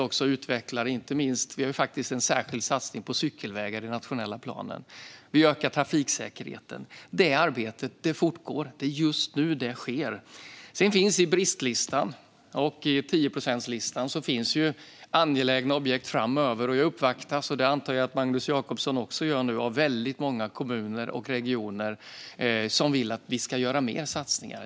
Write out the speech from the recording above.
Vi har en särskild satsning på cykelvägar i den nationella planen. Vi ökar också trafiksäkerheten. Detta arbete fortgår; det sker just nu. På bristlistan och på 10-procentslistan finns angelägna objekt framöver. Jag uppvaktas - och det antar jag att Magnus Jacobsson också gör - av väldigt många kommuner och regioner som vill att vi ska göra mer satsningar.